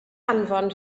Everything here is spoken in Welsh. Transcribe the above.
anfon